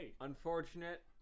Unfortunate